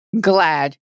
Glad